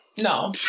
no